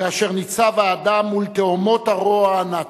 כאשר ניצב האדם מול תהומות הרוע הנאצי.